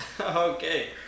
Okay